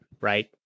right